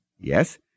Yes